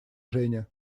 женя